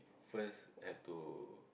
first have to